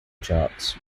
charts